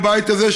בבית הזה,